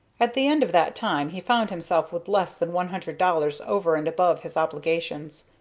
at the end of that time he found himself with less than one hundred dollars over and above his obligations.